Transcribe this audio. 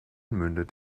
mündet